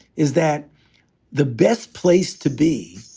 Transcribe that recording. is that the best place to be?